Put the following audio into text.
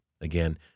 Again